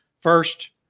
First